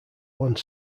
one